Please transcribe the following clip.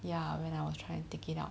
ya when I was trying to take it out